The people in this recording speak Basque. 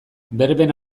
berben